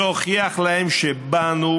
להוכיח להם שבאנו